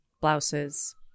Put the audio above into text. blouses